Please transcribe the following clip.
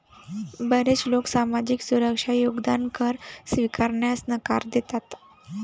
बरेच लोक सामाजिक सुरक्षा योगदान कर स्वीकारण्यास नकार देतात